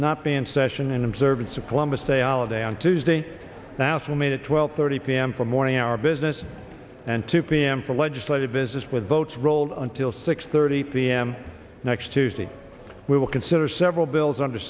not be in session in observance of columbus day holiday on tuesday now swimming at twelve thirty pm for morning our business and two pm for legislative business with votes rolled until six thirty p m next tuesday we will consider several bills under